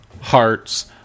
Hearts